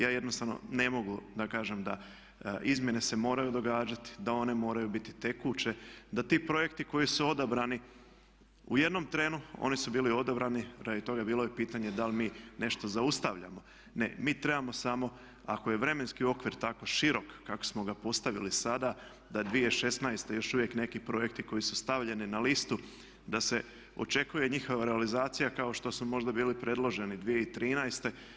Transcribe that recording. Ja jednostavno ne mogu da kažem da izmjene se moraju događati, da one moraju biti tekuće, da ti projekti koji su odabrani u jednom trenu oni su bili odabrani radi toga, bilo je i pitanje da li mi nešto zaustavljamo, ne mi trebamo samo ako je vremenski okvir tako širok kako smo ga postavili sada da 2016.još uvijek neki projekti koji su stavljeni na listu da se očekuje i njihova realizacija kako što su možda bili predloženi 2013.